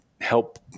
help